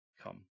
come